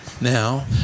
now